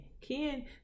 Ken